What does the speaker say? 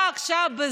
אתה עכשיו,